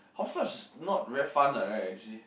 hopscotch is not very fun what really